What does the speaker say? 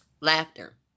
Laughter